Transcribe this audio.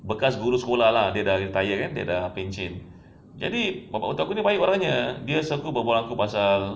bekas guru sekolah lah dia dah retire kan dia dah pencen jadi bapak mertua aku ni baik orangnya dia suka aku pasal